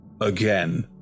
again